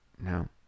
No